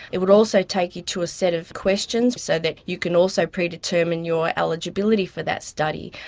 it would also take you to a set of questions so that you can also predetermine your eligibility for that study.